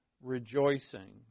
rejoicing